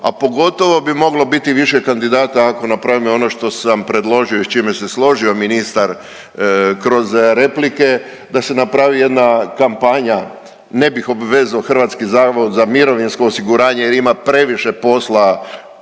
a pogotovo bi moglo biti više kandidata ako napravimo ono što sam predložio i s čime se složio ministar kroz replike, da se napravi jedna kampanja, ne bih obvezao HZMO jer ima previše posla,